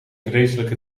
vreselijke